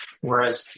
whereas